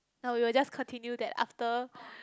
now we will just continue that after